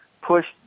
push